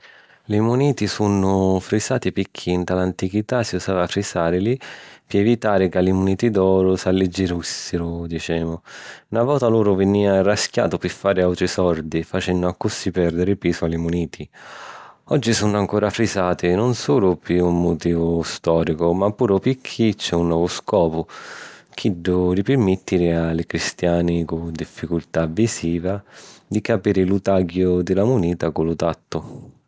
Li muniti sunnu frisati picchì, nta l’antichità, si usava frisarili pi evitari ca li muniti d’oru s’alliggirìssiru, dicemu. Na vota l’oru vinìa raschiatu pi fari àutri sordi, facènnucci accussì pèrdiri pisu a li muniti. Oggi sunnu ancora frisati, non sulu pi un mutivu stòricu, ma puru picchì c’è un novu scopu: chiddu di pirmèttiri a li cristiani cu difficultà visiva di capiri lu tagghiu di la munita cu lu tattu.